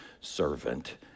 servant